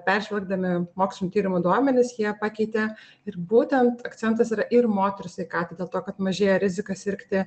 peržvelgdami mokslinių tyrimų duomenis jie pakeitė ir būtent akcentas yra ir moterų sveikatai dėl to kad mažėja rizika sirgti